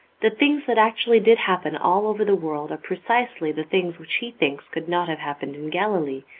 the things that actually did happen all over the world are precisely the things which he thinks could not have happened in galilee,